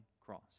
cross